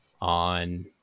on